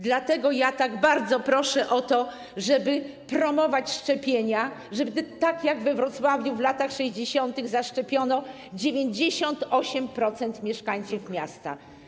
Dlatego tak bardzo proszę o to, żeby promować szczepienia, żeby było tak jak we Wrocławiu w latach 60., gdzie zaszczepiono 98% mieszkańców miasta.